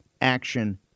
action